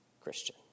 Christian